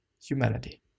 humanity